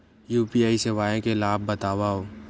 UPI सेवाएं के लाभ बतावव?